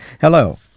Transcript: Hello